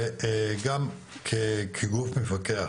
שגם כגוף מפקח